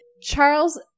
Charles